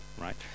Right